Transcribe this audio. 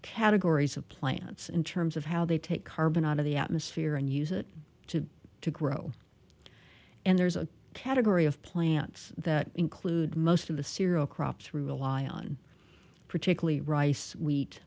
categories of plants in terms of how they take carbon out of the atmosphere and use it to to grow and there's a category of plants that include most of the cereal crops rely on particularly rice sweet